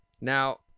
now